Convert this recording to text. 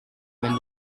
been